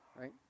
right